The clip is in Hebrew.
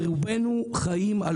רובנו חיים,